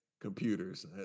Computers